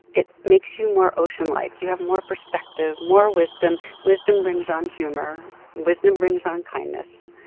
it makes you more ocean-like. you have more perspective, more wisdom. wisdom brings on humor. wisdom brings on kindness.